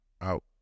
out